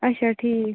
اچھا ٹھیٖک